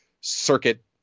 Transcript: circuit